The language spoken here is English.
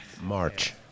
March